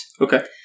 Okay